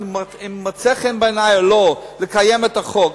אם מוצא חן בעיני או לא לקיים את החוק,